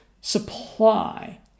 supply